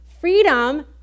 freedom